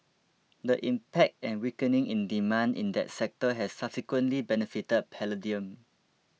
the impact and weakening in demand in that sector has subsequently benefited palladium